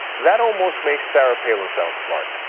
that almost makes sarah palin sound smart.